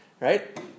right